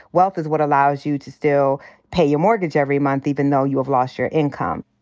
wealth is what allows you to still pay your mortgage every month, even though you have lost your income.